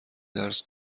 درس